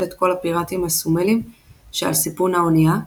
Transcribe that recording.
את כל הפיראטים הסומלים שעל סיפון האונייה,